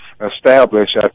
establish